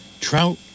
trout